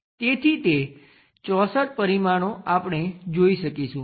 તેથી તે 64 પરિમાણો આપણે જોઈ શકીશું